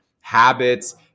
habits